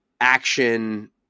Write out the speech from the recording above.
action